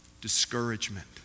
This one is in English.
discouragement